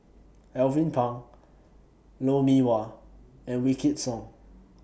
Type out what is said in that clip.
Alvin Pang Lou Mee Wah and Wykidd Song